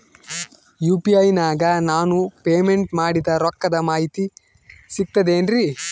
UPI ನಾಗ ನಾನು payment ಮಾಡಿದ ರೊಕ್ಕದ ಮಾಹಿತಿ ಸಿಕ್ತದೆ ಏನ್ರಿ?